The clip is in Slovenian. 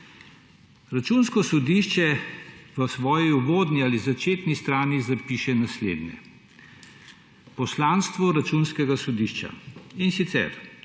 Računsko sodišče na svoji uvodni, začetni strani zapiše naslednje: »Poslanstvo Računskega sodišča.« In sicer: